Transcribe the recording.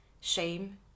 shame